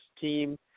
team